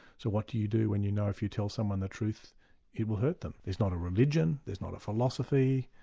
so what do you do when you know if you tell someone the truth it will hurt them? there's not a religion, there's not a philosophy,